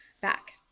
back